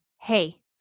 Hey